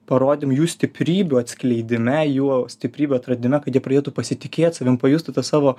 parodėm jų stiprybių atskleidime jų stiprybių atradime kad jie pradėtų pasitikėt savim pajustų tą savo